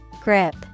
Grip